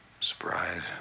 surprise